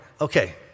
Okay